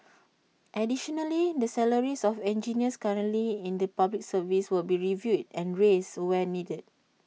additionally the salaries of engineers currently in the Public Service will be reviewed and raised where needed